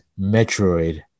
Metroid